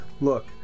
look